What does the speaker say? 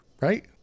Right